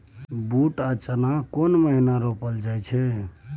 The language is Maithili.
बूट आ चना केना महिना रोपल जाय छै?